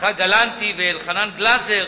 יצחק גלנטי ואלחנן גלזר.